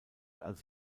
als